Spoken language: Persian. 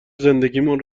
زندگیمان